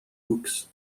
books